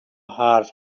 حرف